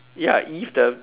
ya if the